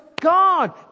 God